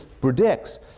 predicts